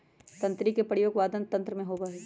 तंत्री के प्रयोग वादन यंत्र में होबा हई